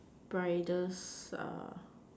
bridals uh